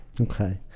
Okay